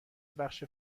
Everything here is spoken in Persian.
بخش